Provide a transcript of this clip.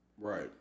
Right